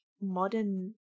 modern